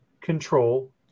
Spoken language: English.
control